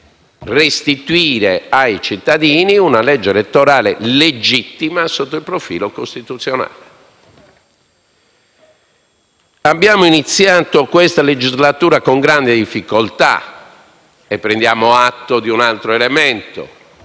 restituire ai cittadini una legge elettorale legittima sotto il profilo costituzionale. Abbiamo iniziato questa legislatura con grande difficoltà e prendiamo atto di un altro elemento: